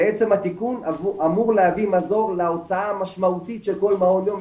בעצם התיקון אמור להביא מזור להוצאה המשמעותית של כל מעון יום,